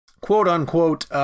quote-unquote